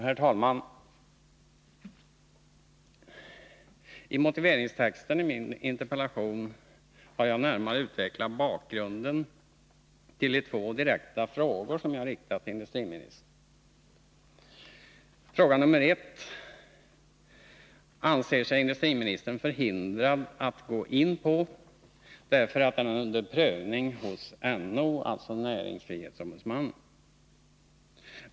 Herr talman! I motiveringstexten i min interpellation har jag närmare utvecklat bakgrunden till de två direkta frågor som jag har riktat till industriministern. Fråga nr 1 anser sig industriministern förhindrad att gå in på, därför att den är under prövning hos näringsfrihetsombudsmannen.